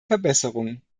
verbesserung